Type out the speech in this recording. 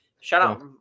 Shout-out